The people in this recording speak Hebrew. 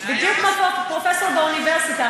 בדיוק כמו פרופסור באוניברסיטה,